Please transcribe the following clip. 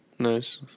Nice